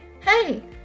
Hey